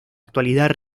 actualidad